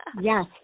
Yes